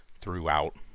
throughout